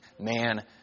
man